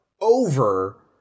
over